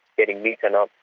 getting beaten up,